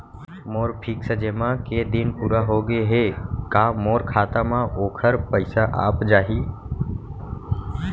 मोर fix जेमा के दिन पूरा होगे हे का मोर खाता म वोखर पइसा आप जाही?